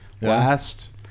last